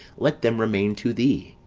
let them remain to thee.